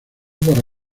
para